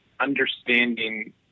understanding